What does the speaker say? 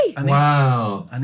Wow